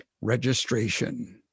registration